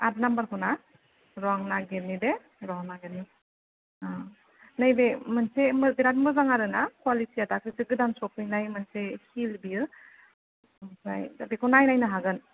आत नाम्बारखौना र' आं नागिरनि दे र' नागिरनि नैबे मोनसे मो बिराथ मोजां आरोना कुयालिटिया दाख्लैसो गोदान सौफैनाय मोनसे हिल बियो ओमफ्राय दा बेखौ नायनायनो हागोन